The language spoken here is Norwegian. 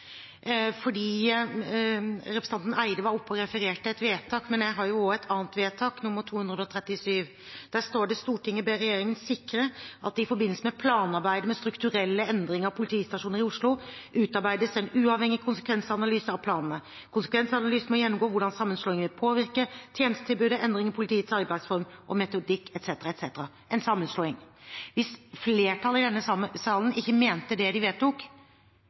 representanten Eide var oppe og refererte et vedtak, men jeg har også et annet vedtak, nr. 237, og der står det: «Stortinget ber regjeringen sikre at det i forbindelse med planarbeidet med strukturelle endringer av politistasjoner i Oslo utarbeides en uavhengig konsekvensanalyse av planene. Konsekvensanalysen må gjennomgå hvordan sammenslåingen vil påvirke tjenestetilbudet, endringer i politiets arbeidsform og metodikk,» osv. – altså en sammenslåing. Hvis flertallet i denne salen ikke mente det de vedtok,